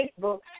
Facebook